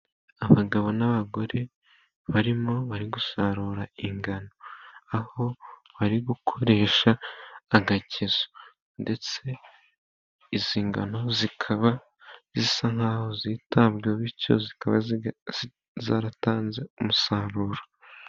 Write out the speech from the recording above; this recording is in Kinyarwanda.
Abagabo n'abagore , bari gusarura ingano aho bari gukoresha agakezo, ndetse izi ngano zikaba zisa n'aho zitaweho bityo zikaba zaratanze umusaruro.